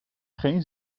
geen